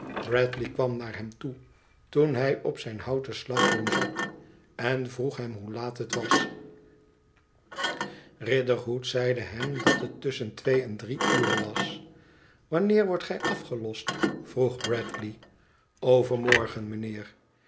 bradley kwam naar hem toe toen hij op zijn houten slagboom zat en vroeg hem hoe laat het was riderhood zeide hem dat het tusschen twee en drie ure was f wanneer wordt gij afgelost vroeg bradley overmorgen